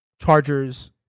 chargers